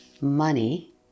Money